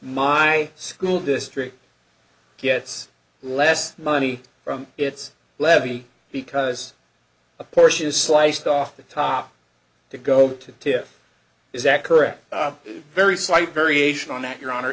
my school district gets less money from its levy because a portion is sliced off the top to go to tip is that correct very slight variation on that your honor